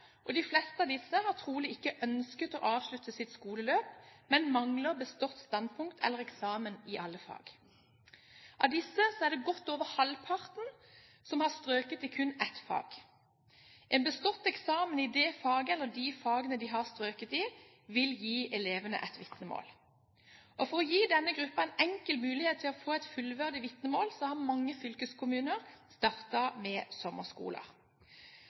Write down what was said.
De fleste av disse har trolig ikke ønsket å avslutte sitt skoleløp, men mangler bestått standpunkt eller eksamen i alle fag. Av disse er det godt over halvparten som har strøket i kun ett fag. En bestått eksamen i det faget eller de fagene de har strøket i, vil gi elevene et vitnemål. For å gi denne gruppen en enkel mulighet til å få et fullverdig vitnemål har mange fylkeskommuner startet med